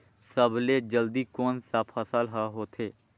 सबले जल्दी कोन सा फसल ह होथे?